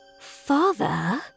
Father